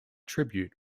tribute